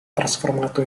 trasformato